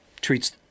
treats